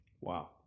Wow